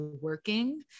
working